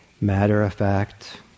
matter-of-fact